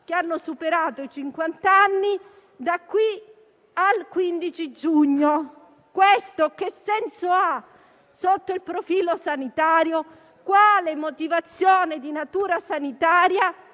che abbiano superato i cinquant'anni da qui al 15 giugno. Questo che senso ha sotto il profilo sanitario? Quale motivazione di natura sanitaria